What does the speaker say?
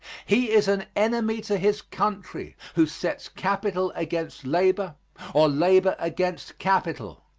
he is an enemy to his country who sets capital against labor or labor against capital.